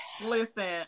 Listen